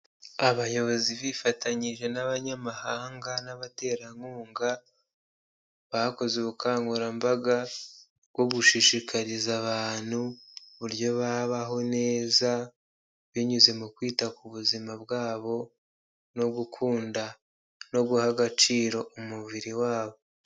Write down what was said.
Abayobozi bifatanyije n'abanyamahanga n'abaterankunga, bakoze ubukangurambaga bwo gushishikariza abantu uburyo babaho neza binyuze mu kwita ku buzima bwabo no gukunda no guha agaciro umubiri wabo.